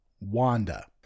Wanda